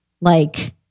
like-